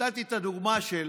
נתתי את הדוגמה של